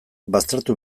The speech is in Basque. baztertu